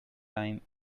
time